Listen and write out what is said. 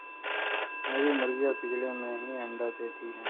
मेरी मुर्गियां पिंजरे में ही अंडा देती हैं